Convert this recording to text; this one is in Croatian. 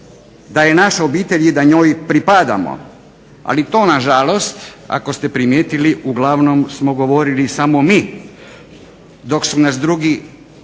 da je naša obitelj i da njoj pripadamo. Ali to nažalost, ako ste primijetili uglavnom smo govorili samo mi, dok su nas drugi